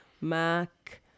Mac